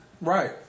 Right